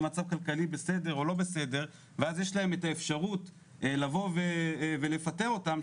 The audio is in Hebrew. אם המצב הכלכלי בסדר או לא בסדר ואז יש להם את האפשרות לבוא ולפטר אותם,